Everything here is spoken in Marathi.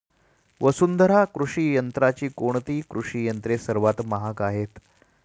वसुंधरा कृषी यंत्राची कोणती कृषी यंत्रे सर्वात महाग आहेत?